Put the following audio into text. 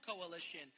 coalition